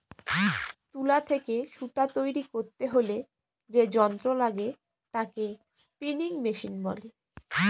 তুলা থেকে সুতা তৈরী করতে হলে যে যন্ত্র লাগে তাকে স্পিনিং মেশিন বলে